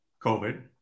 COVID